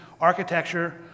architecture